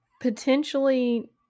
potentially